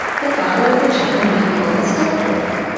the father of the chapel might call a stop work.